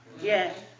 Yes